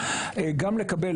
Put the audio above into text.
בגדול,